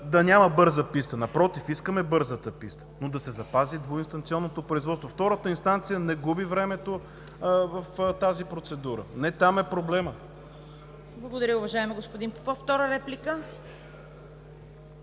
да няма „бърза писта“. Напротив, искаме „бързата писта“, но да се запази двуинстанционното производство. Втората инстанция не губи времето в тази процедура. Не там е проблемът. ПРЕДСЕДАТЕЛ ЦВЕТА КАРАЯНЧЕВА: Благодаря Ви, уважаеми господин Попов. Втора реплика?